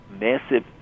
massive